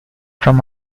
from